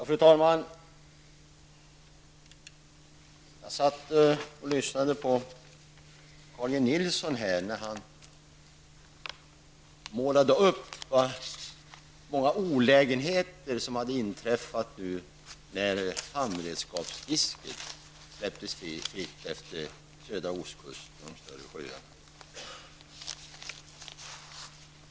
Fru talman! Jag satt och lyssnade på Carl G Nilsson när han målade upp de många olägenheter som hade inträffat när handredskapsfisket släpptes fritt utefter södra ostkusten och i de större sjöarna.